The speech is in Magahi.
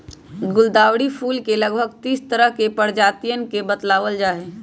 गुलदावरी फूल के लगभग तीस तरह के प्रजातियन के बतलावल जाहई